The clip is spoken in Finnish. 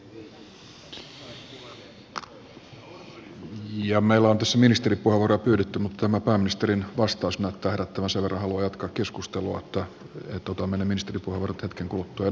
meillä on tässä ministeripuheenvuoroja pyydetty mutta tämä pääministerin vastaus näyttää herättävän sen verran haluja jatkaa keskustelua että otamme ne ministeripuheenvuorot hetken kuluttua